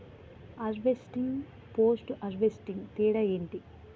Harvesting, post harvesting తేడా ఏంటి?